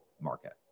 market